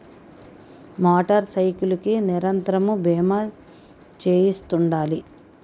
motor cycle కి నిరంతరము బీమా చేయిస్తుండాలి